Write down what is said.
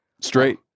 Straight